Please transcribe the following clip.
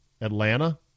Atlanta